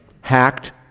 hacked